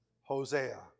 Hosea